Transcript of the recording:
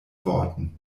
worten